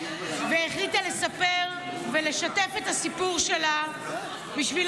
והחליטה לספר ולשתף את הסיפור שלה בשביל